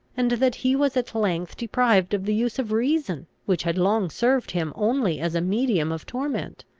and that he was at length deprived of the use of reason, which had long served him only as a medium of torment.